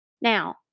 Now